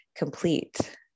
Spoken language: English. complete